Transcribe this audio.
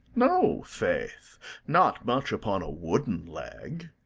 no, faith not much upon a wooden leg.